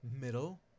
middle